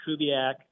Kubiak